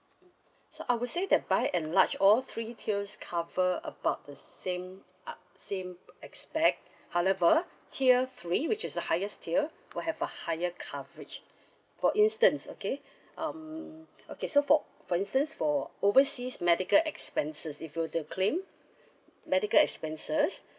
so I would say that by and large all three tiers cover about the same uh same aspect however tier three which is the highest tier will have a higher coverage for instance okay um okay so for for instance for overseas medical expenses if you were to claim medical expenses